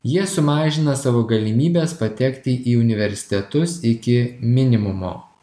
jie sumažina savo galimybes patekti į universitetus iki minimumo